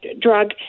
drug